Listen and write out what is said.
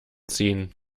ziehen